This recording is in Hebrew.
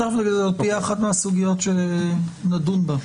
זו תהיה אחת מהסוגיות שנדון בה.